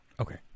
Okay